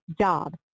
job